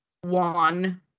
one